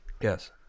Yes